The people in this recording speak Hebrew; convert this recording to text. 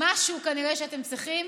משהו כנראה אתם צריכים.